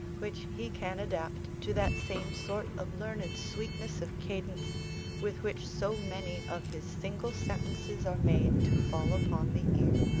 which he can adapt to that same sort of learned sweetness of cadence with which so many of his single sentences are made to fall upon the ear.